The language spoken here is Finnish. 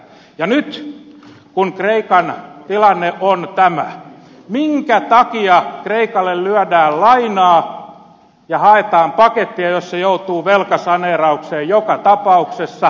ja nyt kun kreikan tilanne on tämä minkä takia kreikalle lyödään lainaa ja haetaan pakettia jos se joutuu velkasaneeraukseen joka tapauksessa